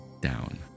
down